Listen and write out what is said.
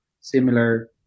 similar